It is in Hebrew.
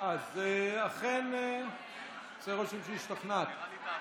אז אכן עושה רושם שהשתכנעת.